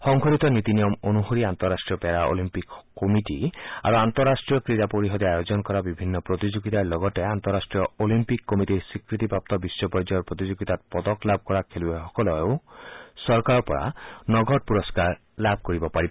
সংশোধিত নীতি নিয়ম অনুসৰি আন্তঃৰাষ্টীয় পেৰা অলিম্পিক কমিটি আৰু আন্তঃৰাষ্টীয় ক্ৰীড়া পৰিষদে আয়োজন কৰা বিভিন্ন প্ৰতিযোগিতাৰ লগতে আন্তঃৰাষ্ট্ৰীয় অলিম্পিক কমিটিৰ স্বীকৃতিপ্ৰাপ্ত বিশ্ব পৰ্যায়ৰ প্ৰতিযোগিতাত পদক লাভ কৰা খেলুৱৈসকলেও চৰকাৰৰপৰা নগদ পুৰস্কাৰ লাভ কৰিব পাৰিব